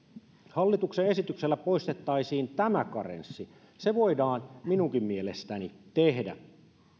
hallituksen esityksellä poistettaisiin tämä karenssi se voidaan minunkin mielestäni tehdä